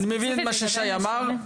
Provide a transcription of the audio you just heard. אני מבין את מה ששי אמר.